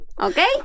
Okay